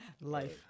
Life